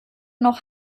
noch